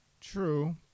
True